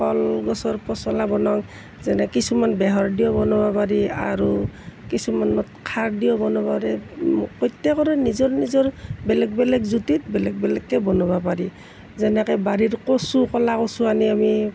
কল গছৰ পচলা বনাওঁ যেনে কিছুমান বেহৰ দিও বনাব পাৰি আৰু কিছুমানত খাৰ দিও বনাব পাৰি প্ৰত্যেকৰে নিজৰ নিজৰ বেলেগ বেলেগ জুটিত বেলেগ বেলেগকৈ বনাব পাৰি যেনেকৈ বাৰিৰ কচু ক'লা কচু আনি আমি